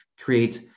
creates